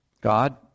God